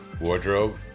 Wardrobe